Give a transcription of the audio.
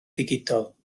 digidol